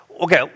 okay